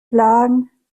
blagen